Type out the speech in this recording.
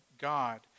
God